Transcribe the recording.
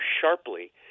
sharply